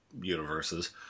universes